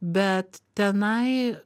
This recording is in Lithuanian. bet tenai